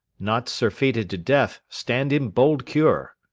not surfeited to death, stand in bold cure.